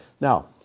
Now